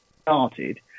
started